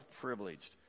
privileged